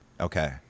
Okay